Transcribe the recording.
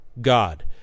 God